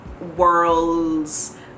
worlds